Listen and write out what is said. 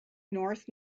north